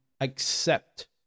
accept